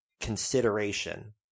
consideration